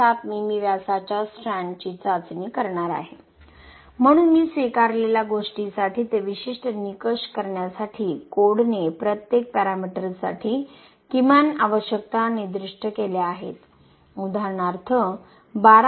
7 मिमी व्यासाच्या स्ट्रँडची चाचणी करणार आहे म्हणून स्वीकारलेल्या गोष्टीसाठी ते विशिष्ट निकष करण्यासाठी कोडने प्रत्येक पॅरामीटर्ससाठी किमान आवश्यकता निर्दिष्ट केल्या आहेत उदाहरणार्थ 12